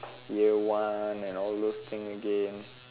year one and all those thing again